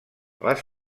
les